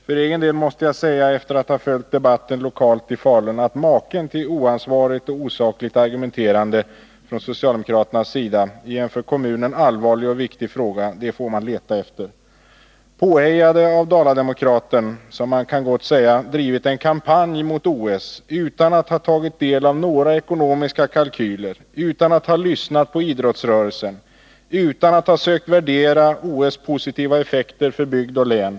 För egen del måste jag säga, efter att ha följt debatten lokalt i Falun, att maken till oansvarigt och osakligt argumenterande från socialdemokraternas sida i en för kommunen allvarlig och viktig fråga får man leta efter. Socialdemokraterna har varit påhejade av Dala-Demokraten, som kan sägas ha drivit en kampanj mot OS utan att ha tagit del av några ekonomiska kalkyler, utan att ha lyssnat på idrottsrörelsen, utan att ha sökt värdera OS positiva effekter för bygd och län.